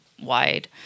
wide